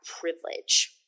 privilege